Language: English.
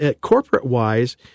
corporate-wise